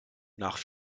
nach